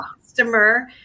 customer